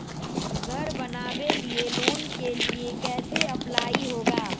घर बनावे लिय लोन के लिए कैसे अप्लाई होगा?